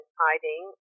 hiding